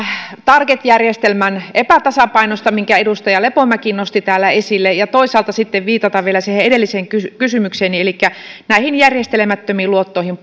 target järjestelmän epätasapainosta minkä edustaja lepomäki nosti täällä esille ja toisaalta sitten viitata vielä edelliseen kysymykseeni elikkä järjestelemättömiin luottoihin